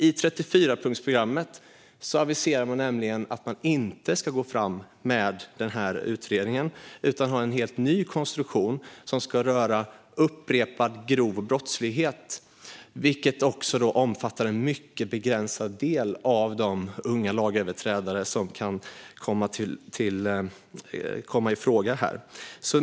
I 34-punktsprogrammet aviserar man nämligen att man inte ska gå fram med utredningen utan ha en helt ny konstruktion som ska röra upprepad grov brottslighet, vilket omfattar en mycket begränsad del av de unga lagöverträdare som kan komma i fråga.